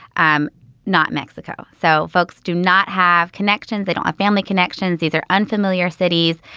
um not mexico. so folks do not have connections. they don't have family connections, either. unfamiliar cities.